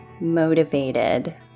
motivated